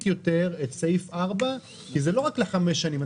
יותר את סעיף 4 כי זה לא רק ל-5 שנים.